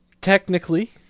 Technically